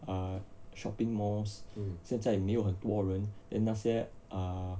err shopping malls 现在没有很多人 then 那些 err